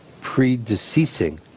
predeceasing